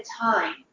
time